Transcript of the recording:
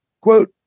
quote